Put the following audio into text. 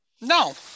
No